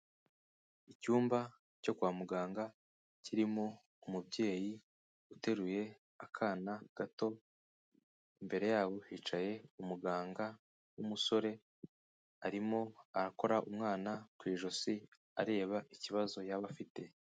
Icyumba cyo kwa muganga kirimo umubyeyi uteruye akana gato, imbere yabo hicaye umuganga w'umusore arimo arakora umwana ku ijosi areba ikibazo yaba afite.